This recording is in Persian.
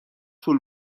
طول